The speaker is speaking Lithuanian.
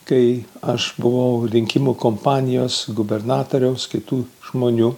kai aš buvau rinkimų kampanijos gubernatoriaus kitų žmonių